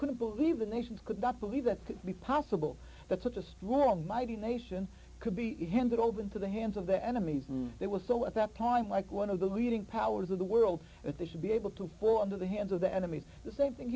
couldn't believe the nations could not believe that could be possible that such a strong mighty nation could be handed over into the hands of the enemy from their will so at that time like one of the leading powers of the world if they should be able to pull into the hands of the enemy the same thing